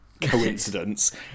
coincidence